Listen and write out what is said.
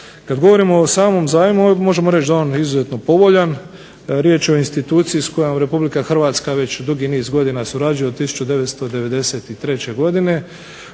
kada govorimo o samom zajmu uvijek možemo reći da je izuzetno povoljan. Riječ je o instituciji s kojom RH već dugi niz godina surađuje od 1993. godine,